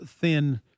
thin